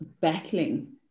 battling